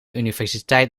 universiteit